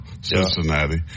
Cincinnati